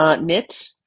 knit